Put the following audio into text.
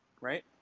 Right